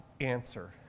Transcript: answer